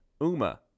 Uma